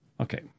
okay